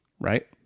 right